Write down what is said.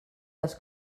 les